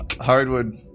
hardwood